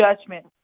judgment